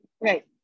Right